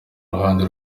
ruhande